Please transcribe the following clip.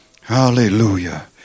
Hallelujah